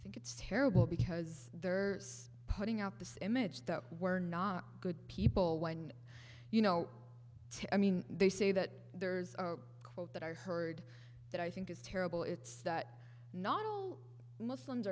i think it's terrible because they're putting out this image that were not good people when you know i mean they say that there's a quote that i heard that i think is terrible it's that not all muslims